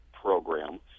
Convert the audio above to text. program